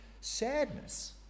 sadness